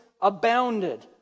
abounded